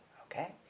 Okay